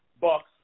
bucks